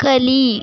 ಕಲಿ